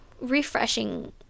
refreshing